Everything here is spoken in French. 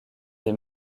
des